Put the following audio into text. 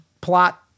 plot